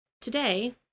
today